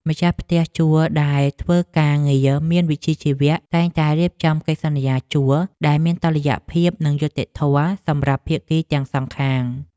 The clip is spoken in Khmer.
ម្ចាស់ផ្ទះជួលដែលធ្វើការងារមានវិជ្ជាជីវៈតែងតែរៀបចំកិច្ចសន្យាជួលដែលមានតុល្យភាពនិងយុត្តិធម៌សម្រាប់ភាគីទាំងសងខាង។